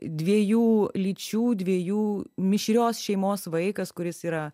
dviejų lyčių dviejų mišrios šeimos vaikas kuris yra